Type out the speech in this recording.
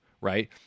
right